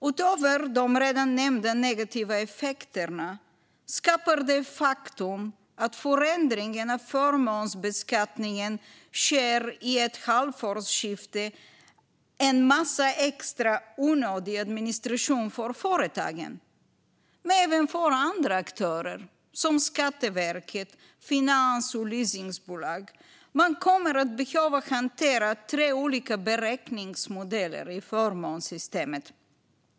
Utöver de redan nämnda negativa effekterna skapar det faktum att förändringen av förmånsbeskattningen sker i ett halvårsskifte en massa extra onödig administration för företagen, men även för andra aktörer, som Skatteverket, finansbolag och leasingbolag. Man kommer att behöva hantera tre olika beräkningsmodeller i förmånssystemet.